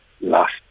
last